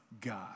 God